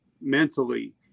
mentally